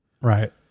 Right